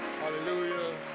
Hallelujah